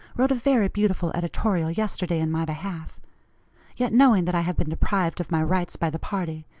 wrote a very beautiful editorial yesterday in my behalf yet knowing that i have been deprived of my rights by the party,